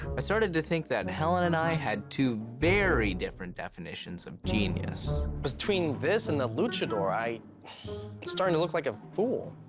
i started to think that helen and i had two very different definitions of genius. between this and the luchador, i'm starting to look like a fool.